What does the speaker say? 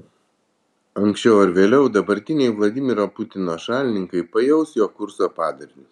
anksčiau ar vėliau dabartiniai vladimiro putino šalininkai pajaus jo kurso padarinius